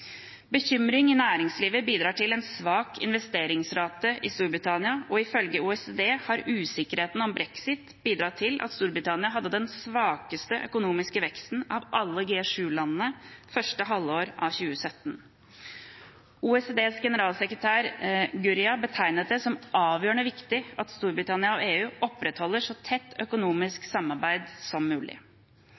Bekymring i næringslivet bidrar til en svak investeringsrate i Storbritannia, og ifølge OECD har usikkerheten om brexit bidratt til at Storbritannia hadde den svakeste økonomiske veksten av alle G7-landene i første halvår av 2017. OECDs generalsekretær Gurria betegnet det som avgjørende viktig at Storbritannia og EU opprettholder så tett økonomisk samarbeid som mulig.